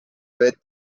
vett